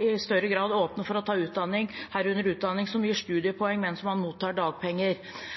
i større grad kunne åpne for å ta utdanning, herunder utdanning som gir studiepoeng, mens man mottar dagpenger.